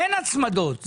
אין הצמדות.